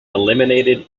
eliminated